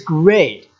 great